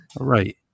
right